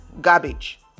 garbage